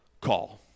call